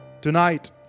tonight